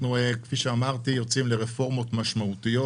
כפי שאמרתי, אנחנו יוצאים לרפורמות משמעותיות.